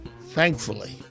thankfully